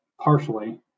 partially